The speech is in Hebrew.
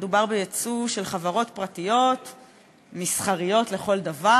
מדובר ביצוא של חברות פרטיות מסחריות לכל דבר.